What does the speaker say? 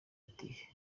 ati